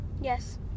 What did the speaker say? Yes